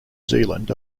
zealand